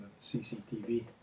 CCTV